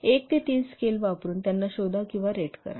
एक ते तीन स्केल वापरुन त्यांना शोधा किंवा रेट करा